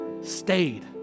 stayed